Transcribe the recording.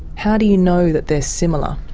how do you know that they are similar?